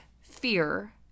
fear